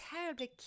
terribly